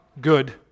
good